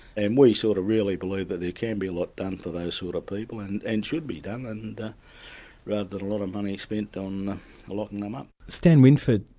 and we sort of really believe that there can be a lot done for those sort of people and and should be done and rather than a lot of money spent on locking and them up. stan winford,